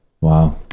Wow